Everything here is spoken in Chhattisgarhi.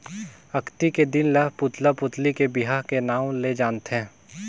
अक्ती के दिन ल पुतला पुतली के बिहा के नांव ले जानथें